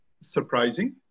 surprising